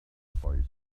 desert